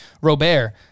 Robert